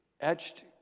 etched